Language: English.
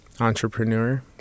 entrepreneur